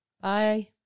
Bye